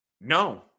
No